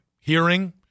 hearing